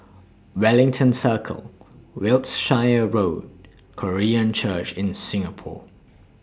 Wellington Circle Wiltshire Road Korean Church in Singapore